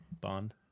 Bond